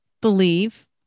believe